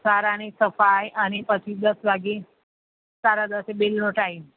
શાળાની સફાઈ અને પછી દસ વાગ્યે સાડા દસે બેલનો ટાઈમ